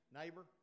neighbor